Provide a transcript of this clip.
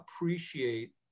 appreciate